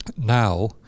Now